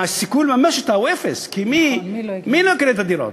שהסיכוי לממש אותה הוא אפס כי מי לא יקנה את הדירות?